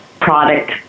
product